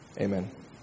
Amen